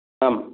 आं